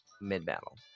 mid-battle